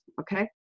okay